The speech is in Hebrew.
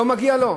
לא מגיע לו?